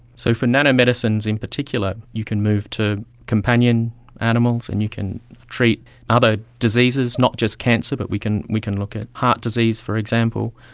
so for nano-medicines in particular you can move to companion animals and you can treat other diseases, not just cancer but we can we can look at heart disease, for example,